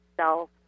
self